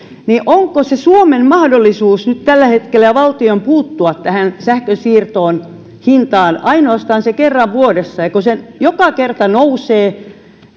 onko suomessa mahdollisuus nyt tällä hetkellä valtion puuttua tähän sähkönsiirron hintaan ainoastaan kerran vuodessa kun se joka kerta nousee